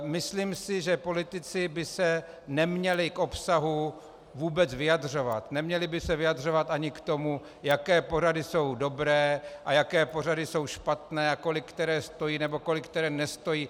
Myslím si, že politici by se neměli k obsahu vůbec vyjadřovat, neměli by se vyjadřovat ani k tomu, jaké pořady jsou dobré a jaké pořady jsou špatné a kolik které stojí nebo kolik které nestojí.